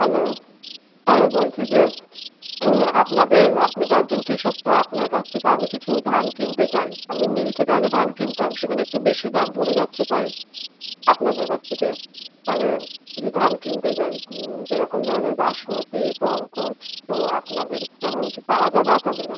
hello হ্যাঁ বলছি যে আপনাদের আপনি তো একজন কৃষক তো আপনার কাছ থেকে আমি কিছু ধান কিনতে চাই আমি মিল থেকে আগে ধান কিনতাম সেখানে একটু বেশি দাম পড়ে যাচ্ছে তাই আপনাদের কাছ থেকে মানে কিছু ধান কিনতে চাই যেরকম ধরনের বাসমতী পঙ্কজ তো আপনাদের কেমন কী পাওয়া যাবে আপনাদের কাছে